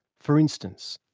for instance,